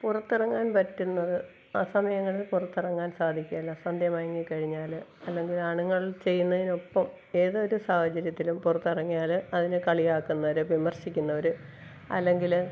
പുറത്തിറങ്ങാൻ പറ്റുന്നത് അസമയങ്ങളിൽ പുറത്തിറങ്ങാൻ സാധിക്കയില്ല സന്ധ്യമയങ്ങിക്കഴിഞ്ഞാൽ അല്ലെങ്കിലാണുങ്ങൾ ചെയ്യുന്നതിനൊപ്പം ഏതൊരു സാഹചര്യത്തിലും പുറത്തിറങ്ങിയാൽ അതിന് കളിയാക്കുന്നൊരു വിമർശിക്കുന്നവർ അല്ലെങ്കിൽ